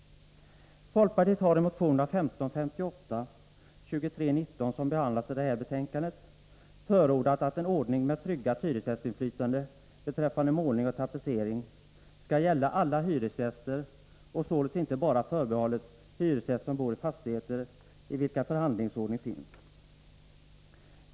Folkpartiet har i motionerna 1982/83:1558 och 2319, som behandlas i det här betänkandet, förordat att en ordning med tryggat hyresgästinflytande beträffande målning och tapetsering skall gälla alla hyresgäster och således inte bara vara förbehållen hyresgäster som bor i fastigheter för vilka förhandlingsordning finns.